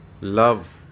Love